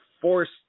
forced